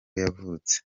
yavutse